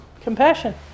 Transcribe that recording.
compassion